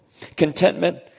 Contentment